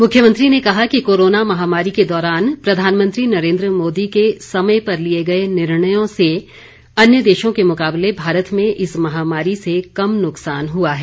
मुख्यमंत्री ने कहा कि कोरोना महामारी के दौरान प्रधानमंत्री नरेन्द्र मोदी के समय पर लिए गए निर्णयों से अन्य देशों के मुकाबले भारत में इस महामारी से कम नुकसान हुआ है